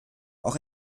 auch